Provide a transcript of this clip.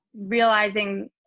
realizing